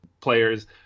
players